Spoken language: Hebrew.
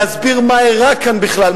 להסביר מה אירע כאן בכלל,